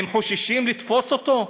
הם חוששים לתפוס אותו?